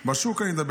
על השוק אני מדבר,